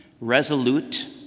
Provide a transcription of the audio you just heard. resolute